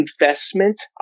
investment